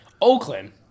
Oakland